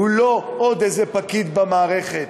הוא לא עוד איזה פקיד במערכת,